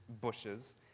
bushes